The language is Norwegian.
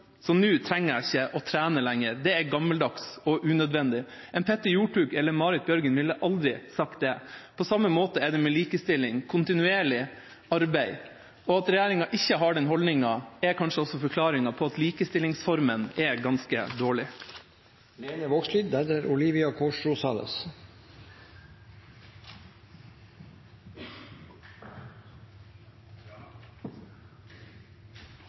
så nå trenger jeg ikke å trene lenger, det er gammeldags og unødvendig. En Petter Northug eller Marit Bjørgen ville aldri sagt det. På samme måte er det med likestilling – det er kontinuerlig arbeid. At regjeringa ikke har den holdninga, er kanskje også forklaringa på at likestillingsformen er ganske dårlig. Vald og overgrep er